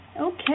Okay